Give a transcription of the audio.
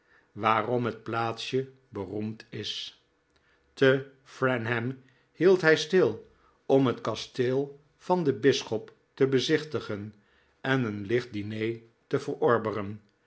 waarom het plaatsje beroemd is te farnham hield hij stil om het kasteel van den bisschop te bezichtigen en een licht diner te verorberen